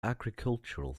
agricultural